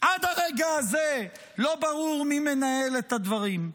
עד הרגע הזה לא ברור מי מנהל את הדברים.